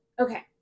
Okay